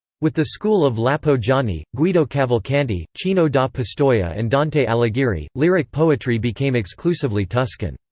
with the school of lapo gianni, guido cavalcanti, cino da pistoia and dante alighieri, lyric poetry became exclusively tuscan.